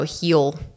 heal